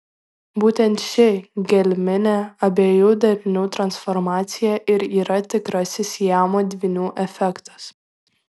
būtent ši gelminė abiejų darinių transformacija ir yra tikrasis siamo dvynių efektas